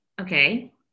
okay